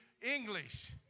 English